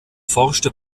forschte